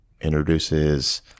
introduces